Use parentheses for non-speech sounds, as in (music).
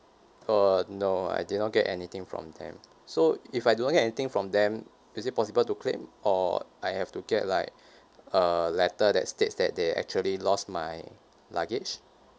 uh no I did not get anything from them so if I do not get anything from them is it possible to claim or I have to get like (breath) a letter that states that they actually lost my luggage